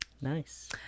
Nice